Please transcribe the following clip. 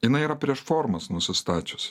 jinai yra prieš formas nusistačiusi